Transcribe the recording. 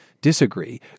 disagree